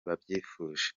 babyifuje